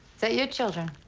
that your children?